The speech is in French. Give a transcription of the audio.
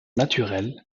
naturel